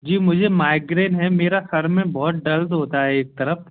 जी मुझे माइग्रेन है मेरा सर में बहुत दर्द होता है एक तरफ